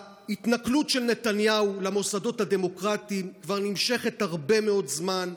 ההתנכלות של נתניהו למוסדות הדמוקרטיים כבר נמשכת הרבה מאוד זמן,